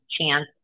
chance